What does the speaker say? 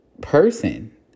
person